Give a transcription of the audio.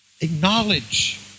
acknowledge